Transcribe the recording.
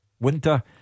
winter